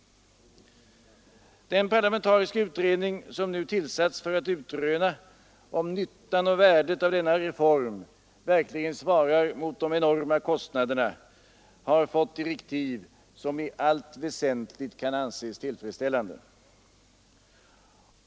Den parlamentariska utredning, som nu tillsatts för att utröna om nyttan och värdet av denna reform verkligen svarar mot de enorma kostnaderna har fått direktiv, som i allt väsentligt kan anses tillfreds ställande.